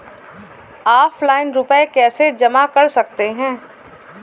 Offline रुपये कैसे जमा कर सकते हैं?